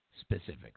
specifically